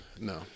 no